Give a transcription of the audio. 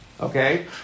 okay